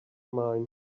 mine